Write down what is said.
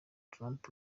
trump